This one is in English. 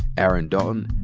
aaron dalton,